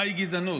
מהי גזענות,